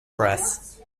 press